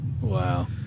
Wow